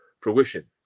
fruition